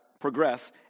progress